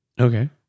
Okay